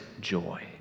joy